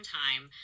time